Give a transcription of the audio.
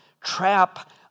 trap